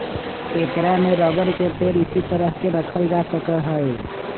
ऐकरा में रबर के पेड़ इसी तरह के रखल जा सका हई